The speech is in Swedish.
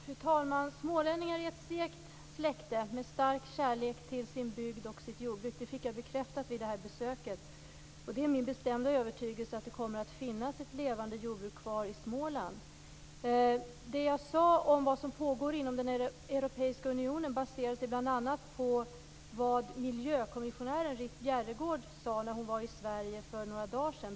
Fru talman! Smålänningar är ett segt släkte, med stark kärlek till sin bygd och sitt jordbruk. Det fick jag bekräftat vid besöket. Det är min bestämda övertygelse att det kommer att finnas ett levande jordbruk kvar i Småland. Det jag sade om vad som pågår inom den europeiska unionen baserar sig bl.a. på vad miljökommissionären Ritt Bjerregaard sade när hon var i Sverige för några dagar sedan.